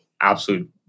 absolute